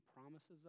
promises